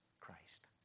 Christ